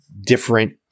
different